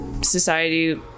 society